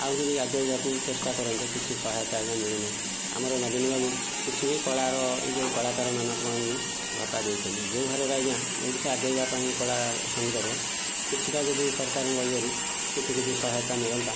ଆହୁରି ବି ଆଗେଇବାକୁ ଚେଷ୍ଟା କରନ୍ତେ କିଛି ସହାୟତା ଆଜ୍ଞା ମିଳୁନି ଆମର ନବୀନ ବାବୁ କିଛି ବି କଳାର ଏଇ ଯେଉଁ କଳାକାରମାନଙ୍କ ପାଇଁ ଭତ୍ତା ଦଉଛନ୍ତି ଯେଉଁ ହାରରେ ଆଜ୍ଞା ଓଡ଼ିଶା ଆଗେଇବା ପାଇଁ କଳା ସଙ୍ଗୀତରେ କିଛିଟା ଯଦି ସରକାରଙ୍କ ଇଏରୁ କିଛି କିଛି ସହାୟତା ମିଳନ୍ତା